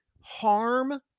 harm